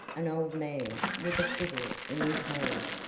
an old man, with a fiddle in his hand,